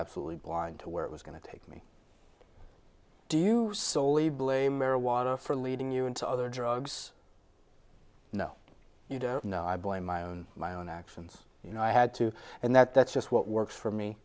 absolutely blind to where it was going to take me do you soley blame or water for leading you into other drugs no you know i blame my own my own actions you know i had to and that that's just what works for